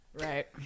Right